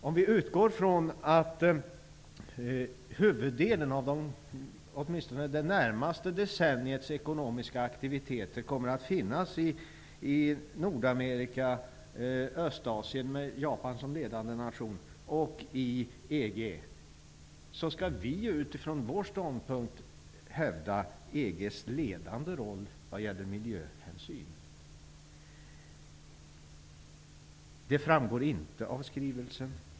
Om vi utgår från att huvuddelen av åtminstone det närmaste decenniets ekonomiska aktiviteter kommer att ske i Nordamerika, Östasien, med Japan som ledande nation, och i EG skall vi utifrån vår ståndpunkt hävda EG:s ledande roll vad gäller miljöhänsyn. Det framgår inte av skrivelsen.